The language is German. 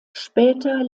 später